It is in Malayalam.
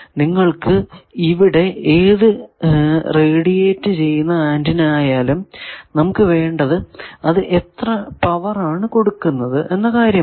നിങ്ങൾക്കു ഇവിടെ ഏതു റേഡിയേറ്റ് ചെയ്യുന്ന ആന്റിന ആയാലും നമുക്ക് വേണ്ടത് അത് എത്ര പവർ ആണ് കൊടുക്കുന്നത് എന്ന കാര്യമാണ്